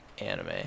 anime